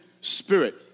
Spirit